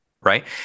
right